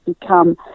become